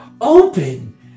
open